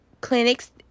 clinics